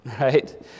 right